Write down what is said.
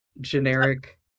generic